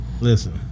Listen